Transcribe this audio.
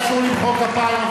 אסור למחוא כפיים,